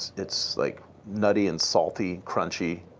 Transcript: it's like nutty and salty, crunchy,